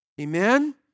Amen